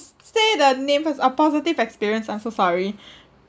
s~ say the name first a positive experience I'm so sorry